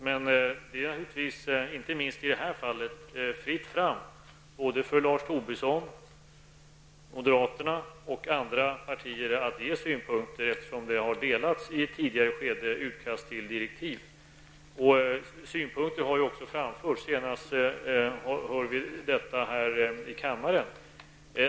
Det är inte minst i det här fallet fritt fram både för Lars Tobisson från moderaterna och för andra partier att ge synpunkter då det i ett tidigare skede har delats ut ett utkast till direktiv. Synpunkter har också framförts, senast här i kammaren.